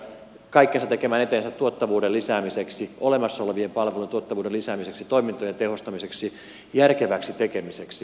kaikki kaikkensa tekemään sen tuottavuuden lisäämiseksi olemassa olevien palvelujen tuottavuuden lisäämiseksi toimintojen tehostamiseksi järkeväksi tekemiseksi